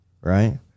right